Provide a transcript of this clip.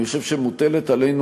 אני חושב שמוטלת עלינו